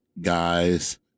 guys